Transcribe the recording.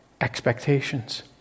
expectations